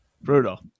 Brutal